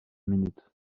minute